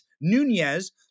Nunez